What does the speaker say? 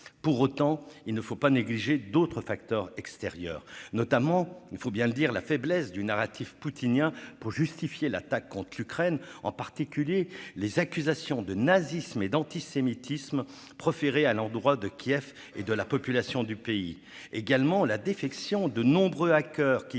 Pour autant, il ne faut pas négliger d'autres facteurs extérieurs : la faiblesse du narratif poutinien pour justifier l'attaque contre l'Ukraine, en particulier les accusations de nazisme et d'antisémitisme proférées à l'encontre de Kiev et de la population du pays ; la défection de nombreux hackers qui